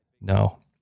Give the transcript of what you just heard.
No